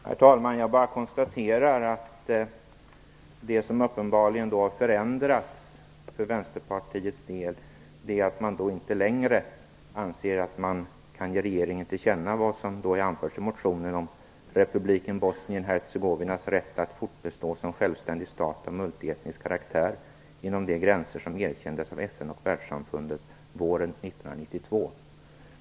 Herr talman! Jag bara konstaterar att det som då uppenbarligen har förändrats för Vänsterpartiets del är att man inte längre anser att man kan ge regeringen till känna vad som anförs i motionen om republiken Bosnien-Hercegovinas rätt att fortbestå som självständig stat av multietnisk karaktär inom de gränser som erkändes av FN och världssamfundet våren 1992.